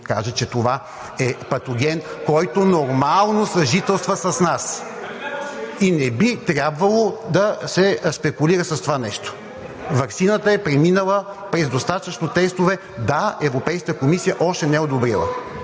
кажа, че това е патоген, който нормално съжителства с нас (шум и реплики), и не би трябвало да се спекулира с това нещо. Ваксината е преминала през достатъчно тестове. Да, Европейската комисия още не я е одобрила.